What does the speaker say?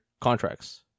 contracts